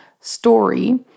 story